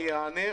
אענה.